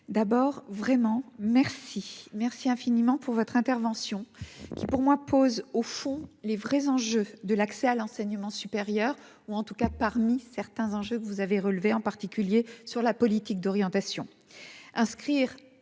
D'abord, vraiment merci, merci infiniment pour votre intervention qui, pour moi, pose au fond les vrais enjeux de l'accès à l'enseignement supérieur, ou en tout cas parmi certains enjeux que vous avez relevé en particulier sur la politique d'orientation